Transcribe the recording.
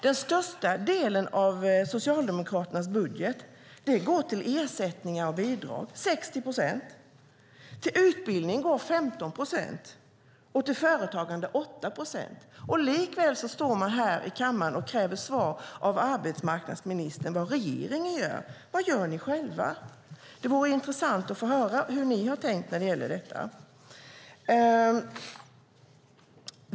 Den största delen, 60 procent, av Socialdemokraternas budget går till ersättningar och bidrag. 15 procent går till utbildning. 8 procent går till företagande. Och likväl står ni här i kammaren och kräver svar av arbetsmarknadsministern om vad regeringen gör. Vad gör ni själva? Det vore intressant att få höra hur ni har tänkt när det gäller detta.